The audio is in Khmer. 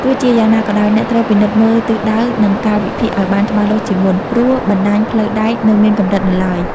ទោះជាយ៉ាងណាក៏ដោយ អ្នកត្រូវ ពិនិត្យមើលទិសដៅ និងកាលវិភាគ ឲ្យបានច្បាស់លាស់ជាមុន ព្រោះបណ្ដាញផ្លូវដែកនៅមានកម្រិតនៅឡើយ។